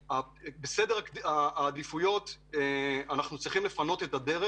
בסדר העדיפויות אנחנו צריכים לפנות את הדרך